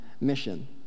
mission